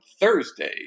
Thursday